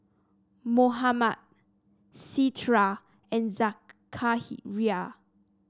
Muhammad Citra and Zakaria